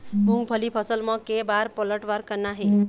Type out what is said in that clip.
मूंगफली फसल म के बार पलटवार करना हे?